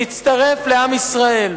להצטרף לעם ישראל.